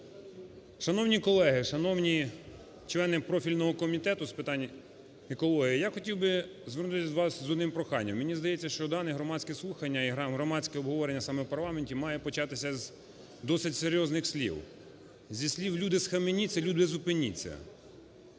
Шановні колеги! Шановні члени профільного Комітету з питань екології! Я хотів би звернутись до вас з одним проханням. Мені здається, що дане громадське слухання і громадське обговорення саме в парламенті має початися з досить серйозних слів, зі слів: "Люди, схаменіться, люди зупиніться!".